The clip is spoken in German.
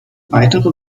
weitere